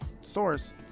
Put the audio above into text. Source